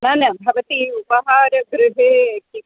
न न भवती उपहारगृहे किम्